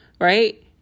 right